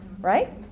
right